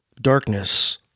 Darkness